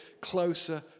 closer